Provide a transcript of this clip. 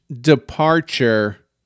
departure